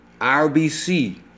RBC